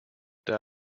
there